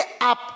up